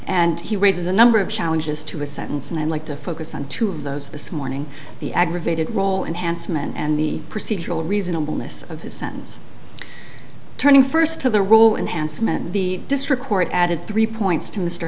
and he raises a number of challenges to his sentence and i'd like to focus on two of those this morning the aggravated role and handsome and the procedural reasonable miss of his sentence turning first to the rule and handsome and the district court added three points to mr